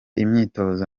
imyitozo